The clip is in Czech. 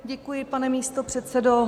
Děkuji, pane místopředsedo.